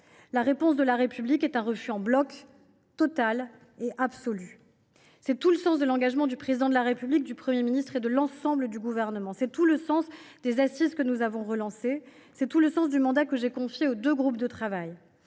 La réponse de la République est un refus en bloc, total et absolu. C’est tout le sens de l’engagement du Président de la République, du Premier ministre et de l’ensemble du Gouvernement. C’est tout le sens des Assises de lutte contre l’antisémitisme que nous avons relancées. C’est tout le sens du mandat que j’ai confié aux deux groupes de travail.